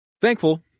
thankful